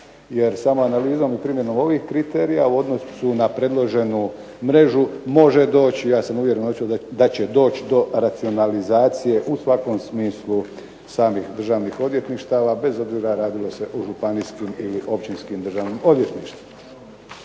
Jer samo analizom i primjenom ovih kriterija u odnosu na predloženu mrežu može doći. Ja sam uvjeren da će doći do racionalizacije u svakom smislu samih državnih odvjetništva bez obzira radilo se o županijskim ili općinskim državnim odvjetništvima.